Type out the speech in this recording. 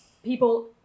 People